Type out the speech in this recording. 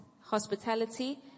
hospitality